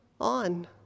on